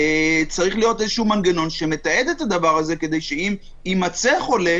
צריך להיות איזשהו מנגנון שמתעד את הדבר הזה כדי שאם יימצא חולה,